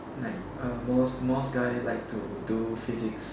like err most most guy like to do physics